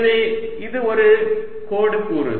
எனவே இது ஒரு கோடு கூறு